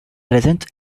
presents